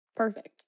Perfect